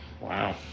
Wow